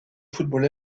football